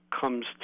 comes